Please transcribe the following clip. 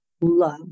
love